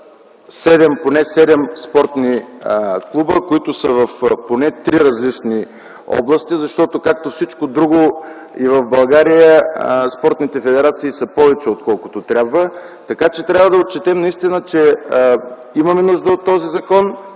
седем спортни клуба, които са в поне три различни области, защото, както всичко друго, и в България спортните федерации са повече отколкото трябва. Така че трябва да отчетем наистина, че имаме нужда от този закон.